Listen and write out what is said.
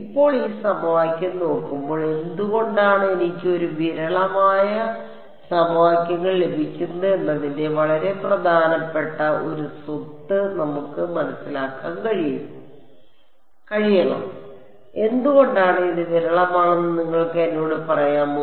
ഇപ്പോൾ ഈ സമവാക്യം നോക്കുമ്പോൾ എന്തുകൊണ്ടാണ് എനിക്ക് ഒരു വിരളമായ സമവാക്യങ്ങൾ ലഭിക്കുന്നത് എന്നതിന്റെ വളരെ പ്രധാനപ്പെട്ട ഒരു സ്വത്ത് നമുക്ക് മനസ്സിലാക്കാൻ കഴിയണം എന്തുകൊണ്ടാണ് ഇത് വിരളമാണെന്ന് നിങ്ങൾക്ക് എന്നോട് പറയാമോ